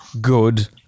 good